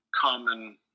common